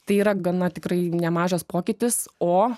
tai yra gana tikrai nemažas pokytis o